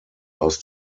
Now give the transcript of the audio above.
aus